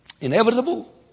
inevitable